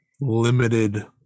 limited